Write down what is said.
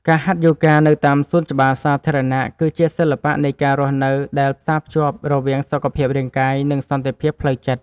ការហាត់យូហ្គានៅតាមសួនច្បារសាធារណៈ គឺជាសិល្បៈនៃការរស់នៅដែលផ្សារភ្ជាប់រវាង សុខភាពរាងកាយ និងសន្តិភាពផ្លូវចិត្ត។